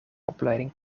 opleiding